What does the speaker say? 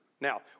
Now